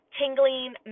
tingling